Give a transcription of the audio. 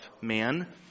man